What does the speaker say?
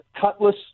Cutlass